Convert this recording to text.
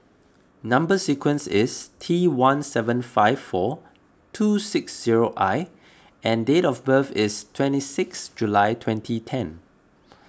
Number Sequence is T one seven five four two six zero I and date of birth is twenty sixth July twenty ten